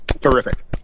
Terrific